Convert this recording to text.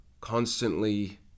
constantly